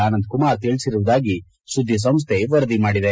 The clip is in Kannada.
ಆನಂದ ಕುಮಾರ್ ತಿಳಿಸಿರುವುದಾಗಿ ಸುದ್ದಿ ಸಂಸ್ಟೆ ವರದಿ ಮಾಡಿದೆ